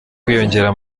kwiyongera